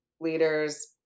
leaders